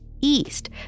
east